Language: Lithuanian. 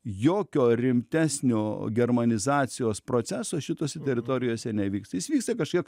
jokio rimtesnio germanizacijos proceso šitose teritorijose nevyksta jis vyksta kažkiek